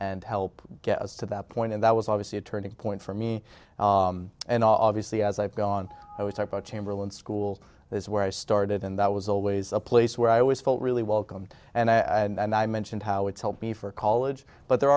and help get us to that point and that was obviously a turning point for me and all obviously as i've gone i would start by chamberlain school is where i started and that was always a place where i always felt really welcomed and i and i mentioned how it's helped me for college but there